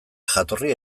jatorri